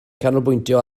canolbwyntio